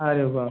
अरे व्वा